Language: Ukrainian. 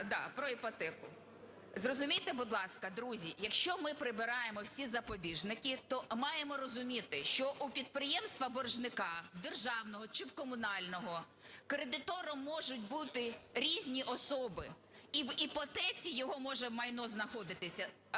Да, про іпотеку. Зрозумійте, будь ласка, друзі, якщо ми прибираємо всі запобіжники, то маємо розуміти, що у підприємства-боржника, державного чи комунального, кредитором можуть бути різні особи і в іпотеці його може майно знаходитися